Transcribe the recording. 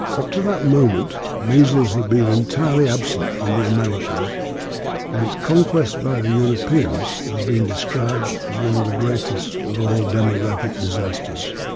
up to that moment measles had been entirely absent from the americas and its conquest by the europeans has been described as one of the greatest of all demographic disasters.